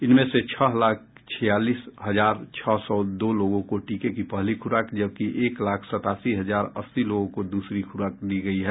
इनमें से छह लाख छियालीस हजार छह सौ दो लोगों को टीके की पहली खुराक जबकि एक लाख सतासी हजार अस्सी लोगों को दूसरी खुराक दी गयी है